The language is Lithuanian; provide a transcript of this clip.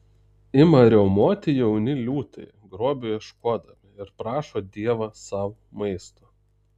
ima riaumoti jauni liūtai grobio ieškodami ir prašo dievą sau maisto